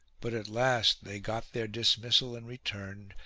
but at last they got their dismissal and returned,